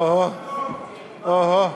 אוהו, אוהו.